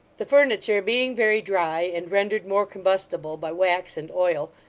the furniture being very dry, and rendered more combustible by wax and oil,